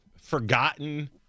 forgotten